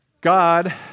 God